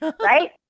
right